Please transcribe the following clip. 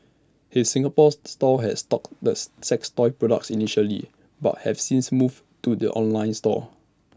his Singapore store has stocked the sex toys products initially but have since moved to the online store